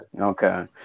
okay